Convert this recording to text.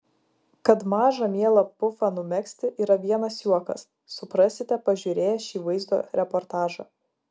kad mažą mielą pufą numegzti yra vienas juokas suprasite pažiūrėję šį vaizdo reportažą